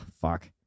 Fuck